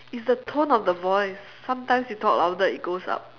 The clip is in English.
it's the tone of the voice sometimes you talk louder it goes up